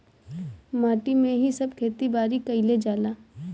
माटी में ही सब खेती बारी कईल जाला